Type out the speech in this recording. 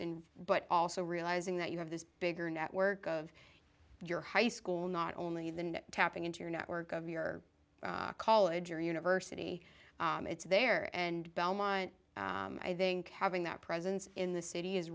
and but also realizing that you have this bigger network of your high school not only the tapping into your network of your college or university it's there and belmont i think having that presence in the city is